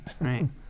Right